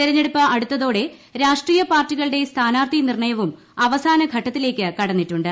തെരഞ്ഞെടുപ്പ് അടുത്തോടെ രാഷ്ട്രീയ്പാർട്ടികളുടെ സ്ഥാനാർത്ഥിനിർണയവും അവസ്മാൻഘട്ടത്തിലേക്ക് കടന്നിട്ടുണ്ട്